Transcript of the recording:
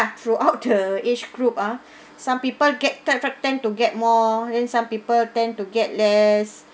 throughout the age group ah some people get tend tend to get more and some people tend to get less